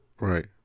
Right